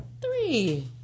Three